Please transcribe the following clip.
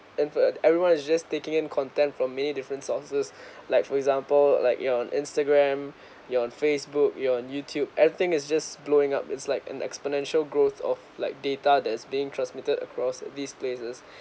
and for a everyone is just taking in content from many different sources like for example like you on Instagram you on Facebook you on Youtube everything is just blowing up it's like an exponential growth of like data there's being transmitted across these places